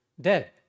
dead